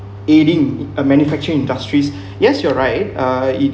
aiding a manufacturing industries yes you're right uh it